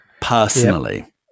personally